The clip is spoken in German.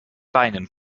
beinen